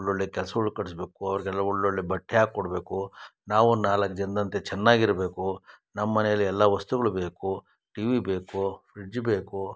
ಒಳ್ಳೊಳ್ಳೆಯ ಕೆಲ್ಸಗಳು ಕಟ್ಟಿಸ್ಬೇಕು ಅವ್ರದ್ದೆಲ್ಲ ಒಳ್ಳೊಳ್ಳೆಯ ಬಟ್ಟೆ ಹಾಕಿ ಕೊಡಬೇಕು ನಾವೊಂದು ನಾಲ್ಕು ಜನದಂತೆ ಚೆನ್ನಾಗಿರ್ಬೇಕು ನಮ್ಮನೆಲಿ ಎಲ್ಲ ವಸ್ತುಗಳು ಬೇಕು ಟಿವಿ ಬೇಕು ಫ್ರಿಡ್ಜ್ ಬೇಕು